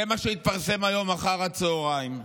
זה מה שהתפרסם היום אחר הצוהריים.